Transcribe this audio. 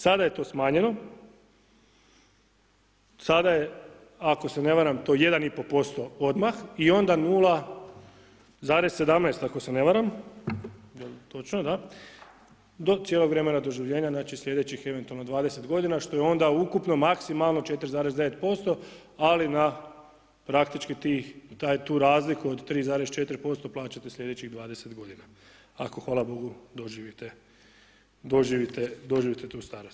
Sada je to smanjeno, sada je ako se ne varam to 1,5% odmah i onda 0,17 ako se ne varam, je li točno, da, do cijelo vremena doživljenja znači sljedećih eventualno 20 godina što je onda ukupno maksimalno 4,9% ali na praktički tih, tu razliku od 3,4% plaćate sljedećih 20 godina ako hvala Bogu doživite, doživite tu starost.